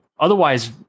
otherwise